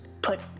put